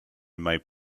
might